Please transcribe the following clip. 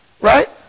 Right